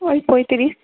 ওই পঁয়ত্রিশ